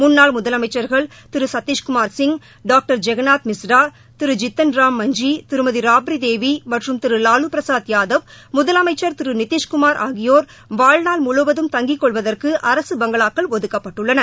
முன்னாள் முதலமைச்சர்கள் திரு சத்திஷ்குமார் சிவ் டாக்டர் ஜெகநாத் மிஸ்ரா திரு ஜீத்தன் ராம் மஞ்ஜி திருமதி ராப்ரிதேவி மற்றும் திரு வாலுபிரசாத் யாதவ முதலமைச்சர் திரு நிதிஷ்குமார் ஆகியோர் வாழ்நாள் முழுவதும் தங்கிக் கொள்வதற்கு அரசு பங்களாக்கள் ஒதுக்கப்பட்டுள்ளன